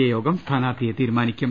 A യോഗം സ്ഥാനാർത്ഥിയെ തീരുമാനിക്കും